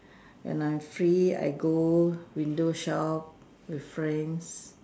when I free I go window shop with friends